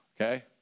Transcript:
okay